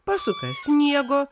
pasuka sniego